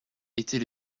était